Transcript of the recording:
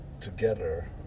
together